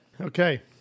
Okay